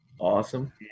Awesome